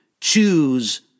choose